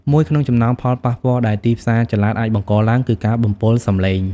មួយក្នុងចំណោមផលប៉ះពាល់ដែលទីផ្សារចល័តអាចបង្កឡើងគឺការបំពុលសំឡេង។